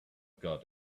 got